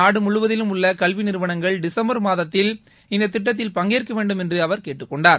நாடு முழுவதிலும் உள்ள கல்வி நிறுவனங்கள் டிசம்பர் மாதத்தில் இந்ததிட்டத்தில் பங்கேற்க வேண்டும் என்று அவர் கேட்டுக் கொண்டார்